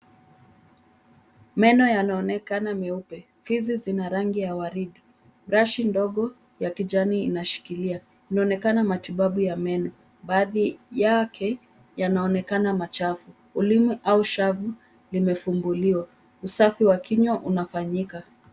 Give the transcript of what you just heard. Meno yanaonekana meupe. Fizi Zina rangi ya waridi. Brushi ndogo ya kijani inashikilia. Inaonekana matibabu ya meno. Baadhi yake yanaonekana machafu. Ulimi au shavu limefunguliwa. Usafi wa kinywa unafanyika.